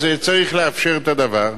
אז צריך לאפשר את הדבר.